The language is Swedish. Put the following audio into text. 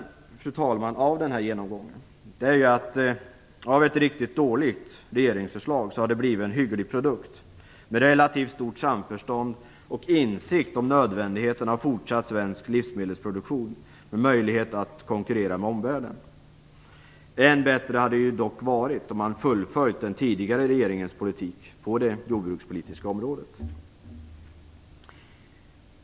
Slutsatsen av denna genomgång är att av ett riktigt dåligt regeringsförslag har det blivit en hygglig produkt under relativt samförstånd och med insikt om nödvändigheten av fortsatt svensk livsmedelsproduktion med möjlighet att konkurrera med omvärlden. Än bättre hade det dock varit om man hade fullföljt den tidigare regeringens politik på det jordbrukspolitiska området.